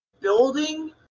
building